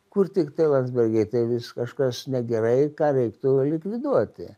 kur tiktai landsbergiai tai vis kažkas negerai ką reiktų va likviduoti